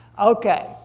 Okay